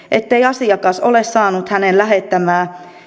ettei asiakas ole saanut hänen